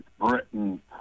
Britain